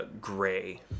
gray